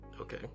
Okay